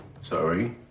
sorry